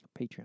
Patreon